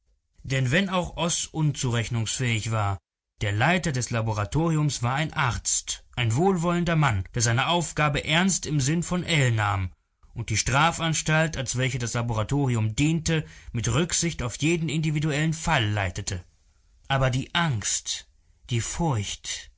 denn wenn auch oß unzurechnungsfähig war der leiter des laboratoriums war ein arzt ein wohlwollender mann der seine aufgabe ernst im sinn von ell nahm und die strafanstalt als welche das laboratorium diente mit rücksicht auf jeden individuellen fall leitete aber die angst die furcht